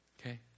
Okay